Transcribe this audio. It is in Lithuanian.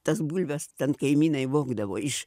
tas bulves ten kaimynai vogdavo iš